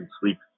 sleep